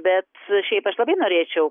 bet šiaip aš labai norėčiau